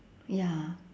ya